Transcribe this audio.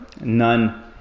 none